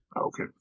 Okay